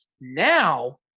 Now